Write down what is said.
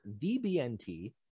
VBNT